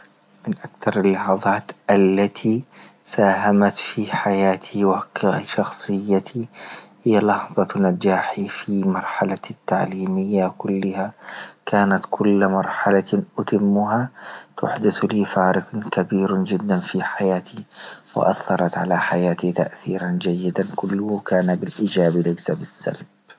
من أكتر اللحظات التي ساهمت في حياتي شخصيتي هي لحظة نجاحي في مرحلة التعليمية كلها، كانت كل مرحلة أتمها تحدث لي فارق كبير جدا في حياتي وأثرت على حياتي جيدا كله كان بالحجاب ليس بالسب.